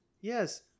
Yes